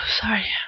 Sorry